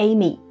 Amy